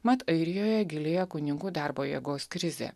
mat airijoje gilėja kunigų darbo jėgos krizė